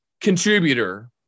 contributor